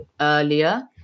earlier